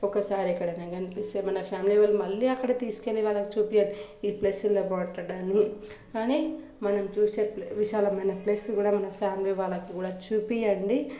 ఒకసారి ఎక్కడైనా కనిపిస్తే మన ఫ్యామిలీ వాళ్ళు మళ్ళీ అక్కడ తీసుకెళ్లి వాళ్లకి చూపియండి ఇది ప్లేసులో బాగుంటదని కానీ మనం చూసే విశాలమైన ప్లేస్ కూడా మా ఫ్యామిలీ వాళ్లకు కూడా చూపియండి